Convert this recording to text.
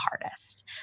hardest